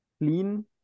clean